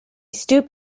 stooped